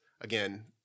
again